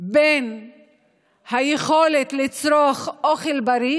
מאוד בין היכולת לצרוך אוכל בריא